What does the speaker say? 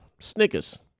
Snickers